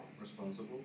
responsible